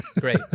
Great